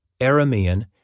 Aramean